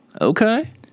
Okay